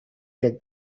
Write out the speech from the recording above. get